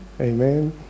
Amen